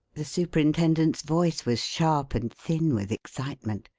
the superintendent's voice was sharp and thin with excitement.